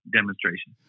demonstration